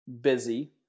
busy